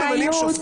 לשר יש אחריות.